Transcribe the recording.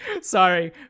Sorry